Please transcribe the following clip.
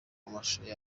amashusho